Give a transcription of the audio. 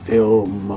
Film